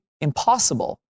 impossible